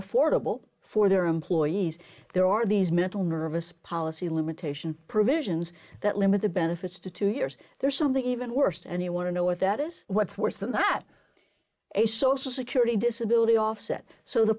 affordable for their employees there are these mental nervous policy limitation provisions that limit the benefits to two years there's something even worse and you want to know what that is what's worse than that a social security disability offset so the